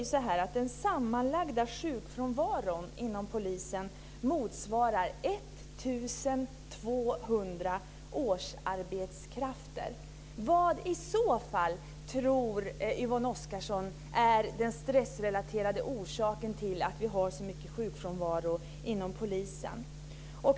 Det är ju så att den sammanlagda sjukfrånvaron inom polisen motsvarar 1 200 årsarbetskrafter. Vad tror Yvonne Oscarsson i så fall är den stressrelaterade orsaken till att vi har så mycket sjukfrånvaro inom polisen?